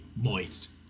moist